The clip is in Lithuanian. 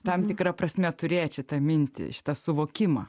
tam tikra prasme turėt šitą mintį šitą suvokimą